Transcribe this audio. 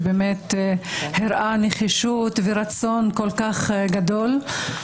שהראה נחישות ורצון כל כך גדול.